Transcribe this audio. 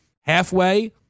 halfway